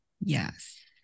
Yes